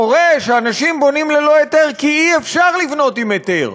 קורה שאנשים בונים ללא היתר כי אי-אפשר לבנות עם היתר.